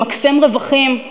למקסם רווחים.